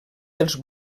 dels